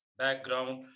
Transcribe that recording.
background